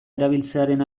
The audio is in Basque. erabiltzearen